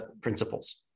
principles